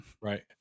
right